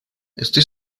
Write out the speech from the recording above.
estoy